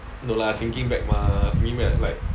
no lah thinking back mah me meh like